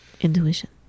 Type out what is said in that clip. Intuition